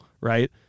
right